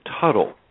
Tuttle